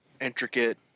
intricate